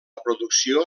producció